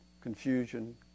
confusion